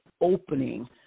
opening